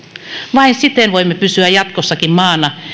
vain siten voimme pysyä jatkossakin maana